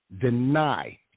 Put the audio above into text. Deny